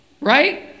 Right